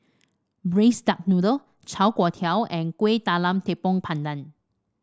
Braised Duck Noodle Char Kway Teow and Kuih Talam Tepong Pandan